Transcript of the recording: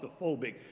claustrophobic